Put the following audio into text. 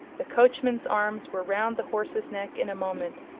the coachman's arms were round the horse's neck in a moment,